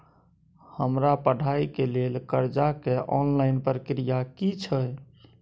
हमरा पढ़ाई के लेल कर्जा के ऑनलाइन प्रक्रिया की छै?